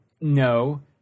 No